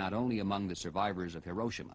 not only among the survivors of hiroshima